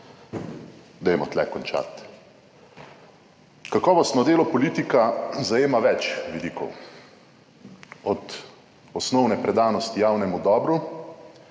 Dajmo tu končati. Kakovostno delo politika zajema več vidikov, od osnovne predanosti javnemu dobremu,